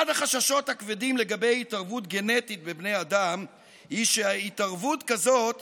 אחד החששות הכבדים לגבי התערבות גנטית בבני אדם הוא שהתערבות כזאת